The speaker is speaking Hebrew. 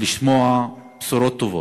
לשמוע בשורות טובות,